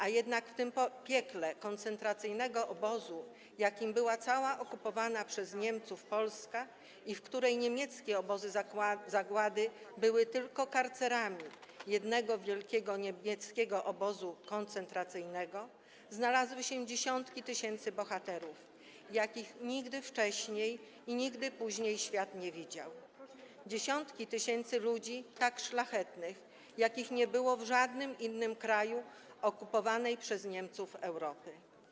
A jednak w tym piekle koncentracyjnego obozu, jakim była cała okupowana przez Niemców Polska, w której niemieckie obozy zagłady były tylko karcerami jednego wielkiego niemieckiego obozu koncentracyjnego, znalazły się dziesiątki tysięcy bohaterów, jakich nigdy wcześniej i nigdy później świat nie widział, dziesiątki tysięcy ludzi tak szlachetnych, jakich nie było w żadnym innym kraju okupowanej przez Niemców Europy.